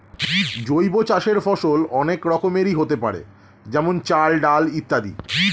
জৈব চাষের ফসল অনেক রকমেরই হতে পারে যেমন চাল, ডাল ইত্যাদি